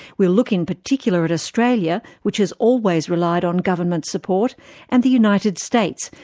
we'll look in particular at australia, which has always relied on government support and the united states,